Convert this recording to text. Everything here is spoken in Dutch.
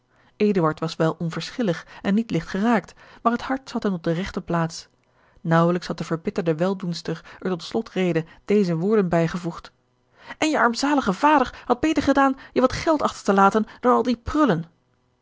was wel onverschillig en niet ligt geraakt maar het hart zat hem op de regte plaats naauwelijks had de verbitterde weldoenster er tot slotrede deze woorden bijgevoegd en je armzalige vader had beter gedaan je wat geld achter te laten dan al die prullen